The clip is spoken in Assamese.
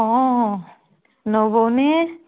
অঁ নবৌনে